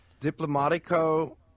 Diplomatico